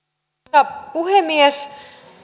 arvoisa puhemies